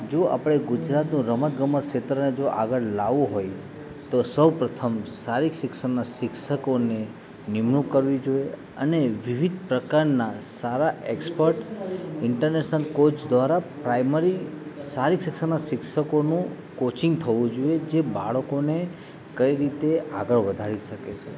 જો આપણે ગુજરાતનું રમત ગમત ક્ષેત્રને જો આગળ લાવવું હોય તો સૌ પ્રથમ સારીરિક શિક્ષણના શિક્ષકોની નિમણૂંક કરવી જોઈએ અને વિવિધ પ્રકારના સારા એકપર્ટ ઇન્ટરનેસનલ કોચ દ્વારા પ્રાઈમરી શારીરિક શિક્ષણોના શિક્ષકોનું કોચિંગ થવું જોઈએ જે બાળકોને કઈ રીતે આગળ વધારી શકે છે